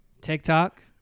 TikTok